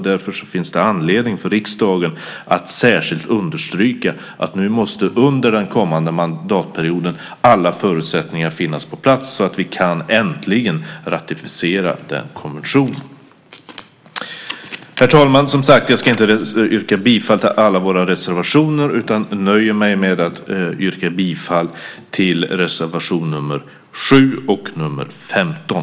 Därför finns det anledning för riksdagen att särskilt understryka att under den kommande mandatperioden måste alla förutsättningar finnas på plats så att vi äntligen kan ratificera nämnda konvention. Herr talman! Jag yrkar, som sagt, inte bifall till alla våra reservationer utan nöjer mig med att yrka bifall till reservationerna 7 och 15.